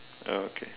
oh okay